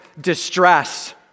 distress